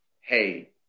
hey